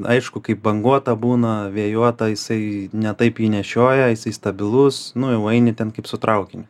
aišku kaip banguota būna vėjuota jisai ne taip jį nešioja jisai stabilus nu jau eini ten kaip su traukiniu